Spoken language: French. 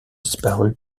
disparu